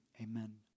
amen